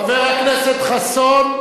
חבר הכנסת חסון,